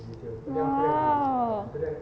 !wow!